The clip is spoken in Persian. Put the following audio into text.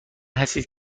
هستید